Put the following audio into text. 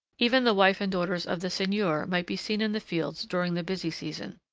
even the wife and daughters of the seigneur might be seen in the fields during the busy season.